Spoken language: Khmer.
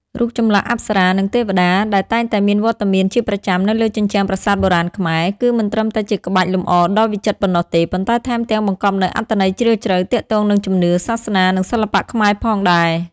រូបចម្លាក់ អប្សរា និង ទេវតា ដែលតែងតែមានវត្តមានជាប្រចាំនៅលើជញ្ជាំងប្រាសាទបុរាណខ្មែរ គឺមិនត្រឹមតែជាក្បាច់លម្អដ៏វិចិត្រប៉ុណ្ណោះទេ ប៉ុន្តែថែមទាំងបង្កប់នូវអត្ថន័យជ្រាលជ្រៅទាក់ទងនឹងជំនឿ សាសនា និងសិល្បៈខ្មែរផងដែរ។